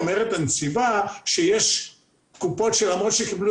אלא אומרת הנציבה שיש קופות שלמרות שקיבלו